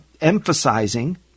emphasizing